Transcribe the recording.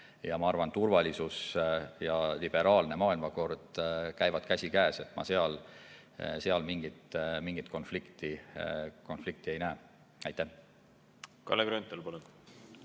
Ja ma arvan, turvalisus ja liberaalne maailmakord käivad käsikäes. Ma seal mingit konflikti ei näe. Kalle Grünthal,